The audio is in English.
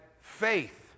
faith